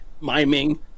miming